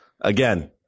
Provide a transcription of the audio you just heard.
Again